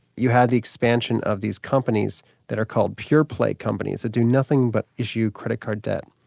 you have the expansion of these companies that are called pure play companies that do nothing but issue credit card debt.